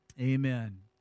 amen